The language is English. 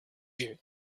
you